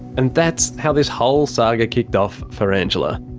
and that's how this whole saga kicked off for angela.